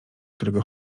którego